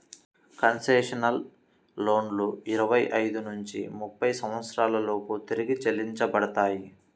concessional లోన్లు ఇరవై ఐదు నుంచి ముప్పై సంవత్సరాల లోపు తిరిగి చెల్లించబడతాయి